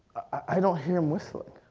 i don't hear him whistling.